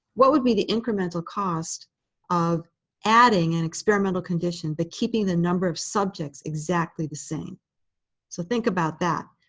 what would be the incremental cost of adding an experimental condition, but keeping the number of subjects exactly the same? so think about that.